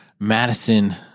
Madison –